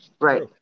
Right